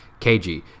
KG